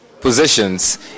positions